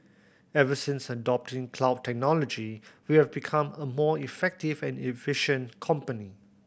ever since adopting cloud technology we have become a more effective and efficient company